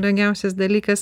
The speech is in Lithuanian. brangiausias dalykas